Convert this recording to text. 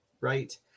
right